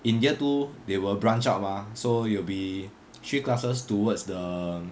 in year two they will branch out mah so it will be three classes towards the